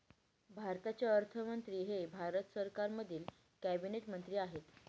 भारताचे अर्थमंत्री हे भारत सरकारमधील कॅबिनेट मंत्री आहेत